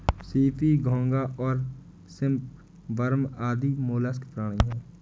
CP, घोंगा और shrimp worm आदि मौलास्क प्राणी हैं